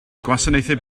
gwasanaethau